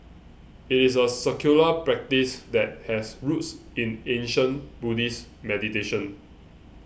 it is a secular practice that has roots in ancient Buddhist meditation